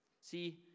See